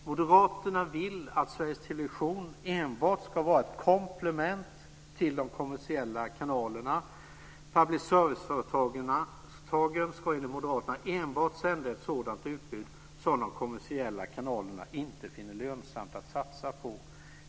Moderaterna vill att Sveriges Television enbart ska vara ett komplement till de kommersiella kanalerna. Public serviceföretagen ska enligt Moderaterna enbart sända ett sådant utbud som de kommersiella kanalerna inte finner det lönsamt att satsa på.